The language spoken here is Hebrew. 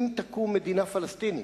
אם תקום מדינה פלסטינית.